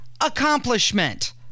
accomplishment